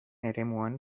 eremuan